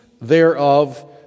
thereof